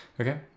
Okay